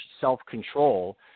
self-control